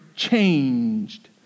changed